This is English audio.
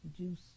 juice